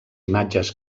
imatges